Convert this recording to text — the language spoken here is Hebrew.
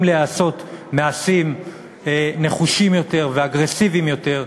להיעשות מעשים נחושים יותר ואגרסיביים יותר,